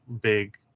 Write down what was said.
big